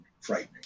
frightening